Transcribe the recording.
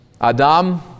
Adam